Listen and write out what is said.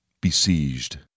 Besieged